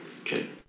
Okay